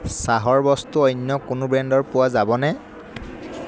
চাহৰ বস্তু অন্য কোনো ব্ৰেণ্ডৰ পোৱা যাবনে